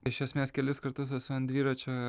iš esmės kelis kartus esu ant dviračio